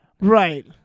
Right